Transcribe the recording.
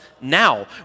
now